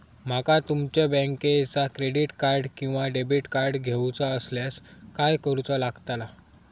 माका तुमच्या बँकेचा क्रेडिट कार्ड किंवा डेबिट कार्ड घेऊचा असल्यास काय करूचा लागताला?